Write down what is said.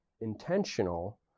intentional